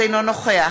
אינו נוכח